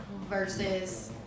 versus